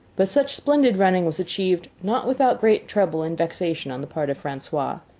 but such splendid running was achieved not without great trouble and vexation on the part of francois.